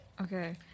Okay